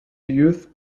youth